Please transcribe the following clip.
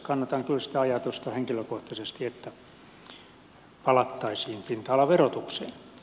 kannatan henkilökohtaisesti kyllä sitä ajatusta että palattaisiin pinta alaverotukseen